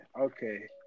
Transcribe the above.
Okay